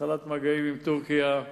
התחלת מגעים עם טורקיה.